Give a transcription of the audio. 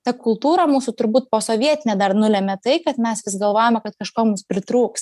ta kultūra mūsų turbūt posovietinė dar nulemia tai kad mes vis galvojame kad kažko mums pritrūks